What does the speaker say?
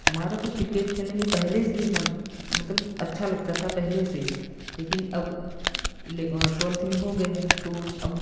हमारा तो क्रिकेट खेलने में पहले से ही मन मतलब अच्छा लगता था पहले से ही लेकिन अब टवेल्थ में हो गए है तो अब